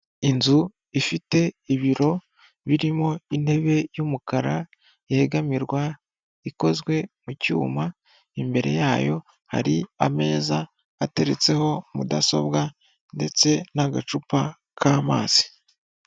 Inzu ifite ibiro birimo intebe y'umukara yegamirwa ikozwe mu cyuma, imbere yayo hari ameza ateretseho mudasobwa ndetse n'agacupa k'amazi.